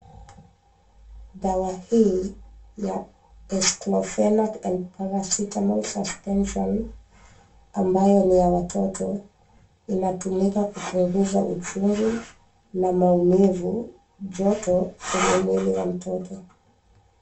Dawa hii ya Aceclofenac and paracetamol suspension ambayo ni ya watoto inatumika kupunguza uchungu na maumivu, joto kwenye mwili wa mtoto.